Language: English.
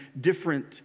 different